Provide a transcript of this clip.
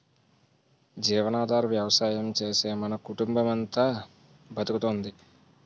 జీవనాధార వ్యవసాయం చేసే మన కుటుంబమంతా బతుకుతోంది